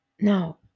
no